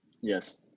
Yes